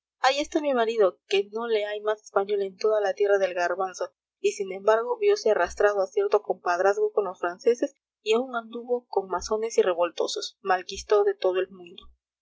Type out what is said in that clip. ahí está mi marido que no le hay más español en toda la tierra del garbanzo y sin embargo viose arrastrado a cierto compadrazgo con los franceses y aun anduvo con masones y revoltosos malquisto de todo el mundo